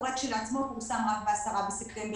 אנחנו מנהלים שיח גם עם משרד האוצר,